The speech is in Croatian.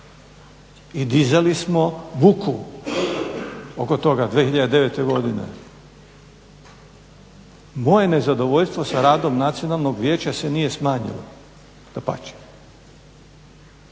i dizali smo buku oko toga 2009. godine. Moje nezadovoljstvo sa radom Nacionalnog vijeća se nije smanjilo, dapače.